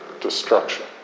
destruction